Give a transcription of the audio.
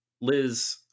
Liz